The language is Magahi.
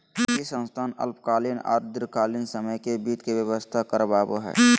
वित्तीय संस्थान अल्पकालीन आर दीर्घकालिन समय ले वित्त के व्यवस्था करवाबो हय